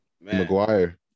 Maguire